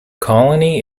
colony